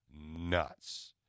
nuts